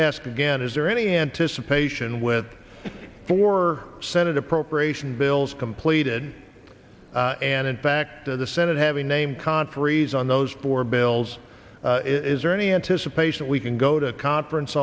ask again is there any anticipation with four senate appropriation bills completed and in fact of the senate having name conferees on those four bills is there any anticipation we can go to conference